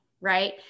right